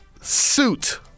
Suit